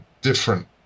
different